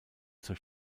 zur